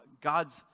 God's